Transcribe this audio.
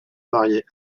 marier